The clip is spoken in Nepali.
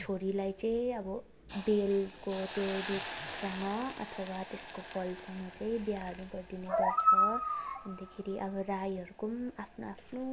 छोरीलाई चाहिँ अब बेलको त्यो रूखसँग अथवा त्यसको फलसँग चाहिँ बिहेहरू गरिदिने गर्छ अन्तखेरि अब राईहरूको पनि आफ्नो आफ्नो